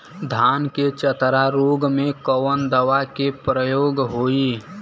धान के चतरा रोग में कवन दवा के प्रयोग होई?